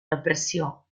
depressió